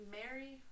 Mary